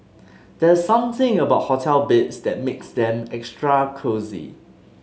there's something about hotel beds that makes them extra cosy